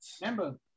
Remember